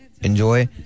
Enjoy